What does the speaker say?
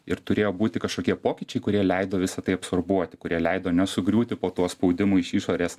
ir turėjo būti kažkokie pokyčiai kurie leido visa tai absorbuoti kurie leido nesugriūti po tuo spaudimui iš išorės